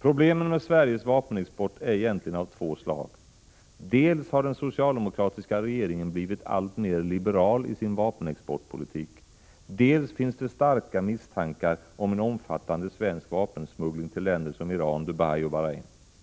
Problemen med Sveriges vapenexport är egentligen av två slag. Dels har den socialdemokratiska regeringen blivit alltmer liberal i sin vapenexportpolitik, dels finns det starka misstankar om en omfattande svensk vapensmuggling till länder som Iran, Dubai och Bahrain.